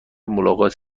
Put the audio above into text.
ملاقات